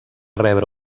rebre